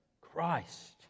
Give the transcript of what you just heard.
Christ